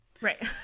Right